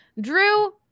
Drew